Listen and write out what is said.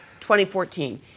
2014